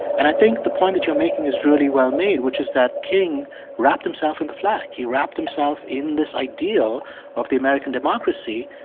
and i think the point that you're making is really well-made, which is that king wrapped himself in the flag. he wrapped himself in this ideal of the american democracy.